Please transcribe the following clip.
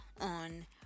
on